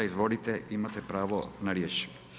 Izvolite, imate pravo na riječ.